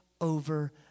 over